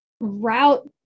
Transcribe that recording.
Route